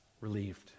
relieved